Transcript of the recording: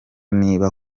niba